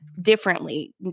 differently